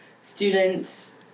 students